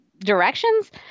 directions